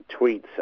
tweets